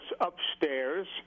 upstairs